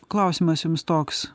klausimas jums toks